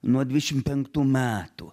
nuo dvišim penktų metų